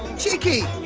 cheeky!